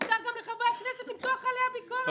מותר גם לחברי הכנסת למתוח עליה ביקורת.